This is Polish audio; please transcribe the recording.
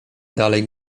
dalej